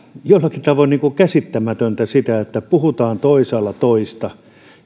jollakin tavoin käsittämätöntä se että puhutaan toisaalla toista